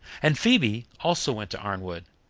and phoebe also went to arnwood,